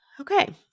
Okay